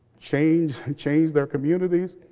changed changed their communities,